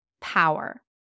power